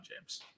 James